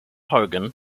hogan